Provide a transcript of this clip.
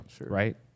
Right